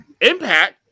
Impact